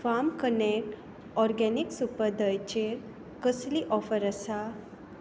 farm connect organic super धंयचेर कसली offer आसा